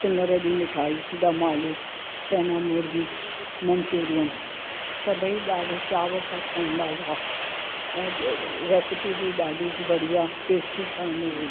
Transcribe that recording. सिंघर जी मिठाई दम आलू छैना मुर्गी मंचुरियन सभई ॾाढे चाव सां खाईंदा हुआ ऐं रेसिपी बि ॾाढी बढ़िया टेस्टी ठहंदी हुई